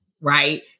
right